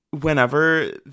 whenever